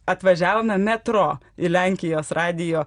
atvažiavome metro į lenkijos radijo